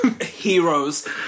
heroes